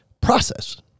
Process